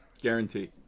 Guarantee